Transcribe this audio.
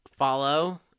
follow